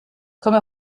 komme